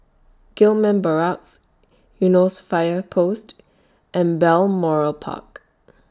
Gillman Barracks Eunos Fire Post and Balmoral Park